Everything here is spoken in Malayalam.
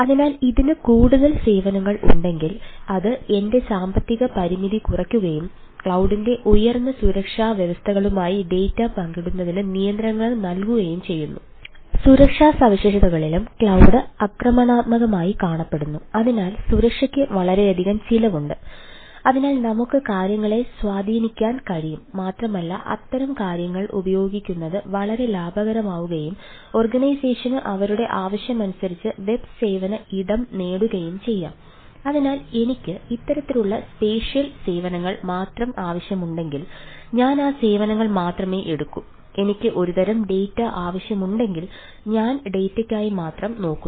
അതിനാൽ ഇതിന് കൂടുതൽ സേവനങ്ങൾ ഉണ്ടെങ്കിൽ അത് എന്റെ സാമ്പത്തിക പരിമിതി കുറയ്ക്കുകയും ക്ലൌഡിന്റെ ഉയർന്ന സുരക്ഷാ വ്യവസ്ഥകളുമായി ഡാറ്റയ്ക്കായി മാത്രം നോക്കുന്നു